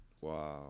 Wow